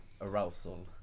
arousal